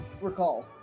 recall